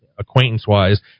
acquaintance-wise